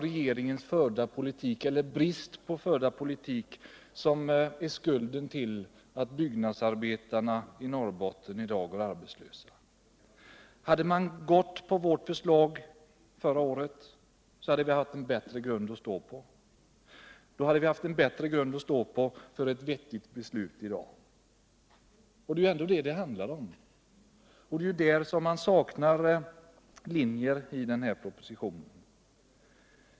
Regeringens brist på politik är alltså skulden till att byggnadsarbetarna i Norrbotten nu går arbetslösa. Hade man förra året följt vårt förslag, hade vi haft en bättre grund att stå på för ett vettigt beslut i dag. Det är ändå detta det Nr 154 handlar om. Det är ändå där det saknas linjer i denna proposition.